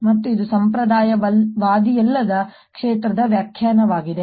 ಮತ್ತು ಇದು ಸಂಪ್ರದಾಯವಾದಿಯಲ್ಲದ ಕ್ಷೇತ್ರದ ವ್ಯಾಖ್ಯಾನವಾಗಿದೆ